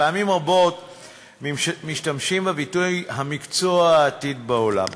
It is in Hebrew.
פעמים רבות משתמשים בביטוי "המקצוע העתיק בעולם"